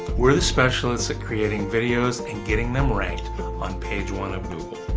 we're the specialists at creating videos and getting them ranked on page one of google.